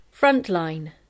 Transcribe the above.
Frontline